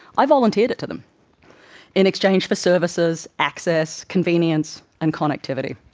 i volunteered it to them in exchange for services, access, convenience, and connectivity.